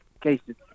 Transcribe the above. cases